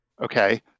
Okay